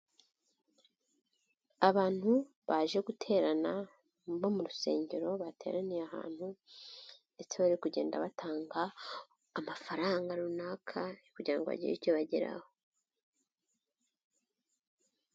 Abantu baje guterana bo mu rusengero bateraniye ahantu ndetse bari kugenda batanga amafaranga runaka kugira ngo bagire icyo bageraho.